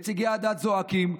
נציגי הדת זועקים,